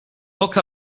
oka